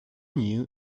knew